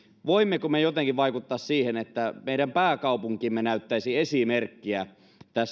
voimmeko me jotenkin vaikuttaa siihen että meidän pääkaupunkimme näyttäisi esimerkkiä